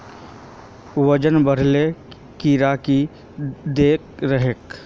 वजन बढे ले कीड़े की देके रहे?